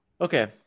Okay